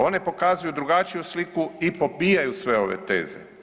One pokazuju drugačiju sliku i pobijaju sve ove teze.